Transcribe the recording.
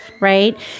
right